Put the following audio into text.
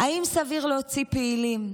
אדוני היושב-ראש, האם סביר להוציא פעילים,